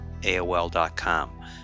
AOL.com